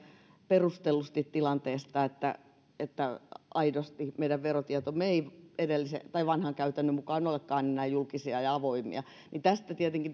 perustellusti tilanteesta että että aidosti meidän verotietomme eivät kuten vanhan käytännön mukaan olekaan enää julkisia ja avoimia